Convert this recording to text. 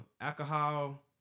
alcohol